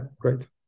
great